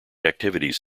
activities